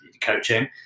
Coaching